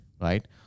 right